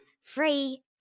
free